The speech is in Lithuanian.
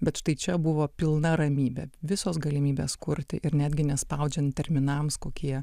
bet štai čia buvo pilna ramybė visos galimybės kurti ir netgi nespaudžiant terminams kokie